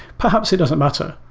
perhaps it doesn't matter.